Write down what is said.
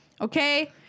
Okay